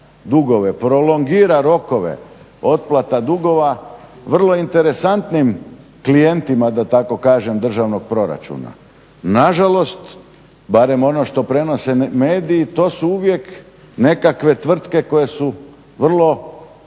dugove, prolongira rokove otplata dugova vrlo interesantnim klijentima da tako kažem državnog proračuna. Nažalost, barem ono što prenose mediji, to su uvijek nekakve tvrtke koje su vrlo